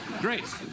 Great